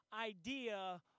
idea